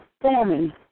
forming